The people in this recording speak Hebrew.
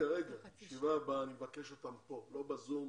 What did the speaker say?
ולא ב-זום,